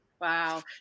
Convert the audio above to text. Wow